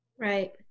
Right